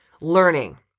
learning